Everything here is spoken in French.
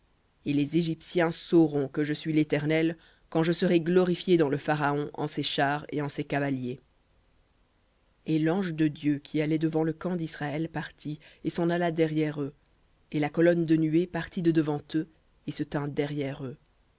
et les égyptiens sauront que je suis l'éternel quand je serai glorifié dans le pharaon en ses chars et en ses cavaliers et l'ange de dieu qui allait devant le camp d'israël partit et s'en alla derrière eux et la colonne de nuée partit de devant eux et se tint derrière eux